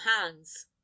hands